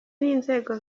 n’inzego